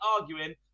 arguing